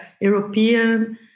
European